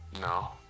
No